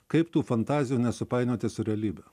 kaip tų fantazijų nesupainioti su realybe